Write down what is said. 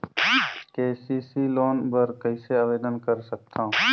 KCC loan बर कइसे आवेदन कर सकथव?